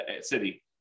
city